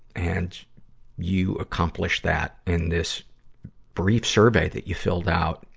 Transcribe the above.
and you accomplished that in this brief survey that you filled out.